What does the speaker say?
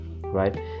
right